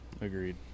Agreed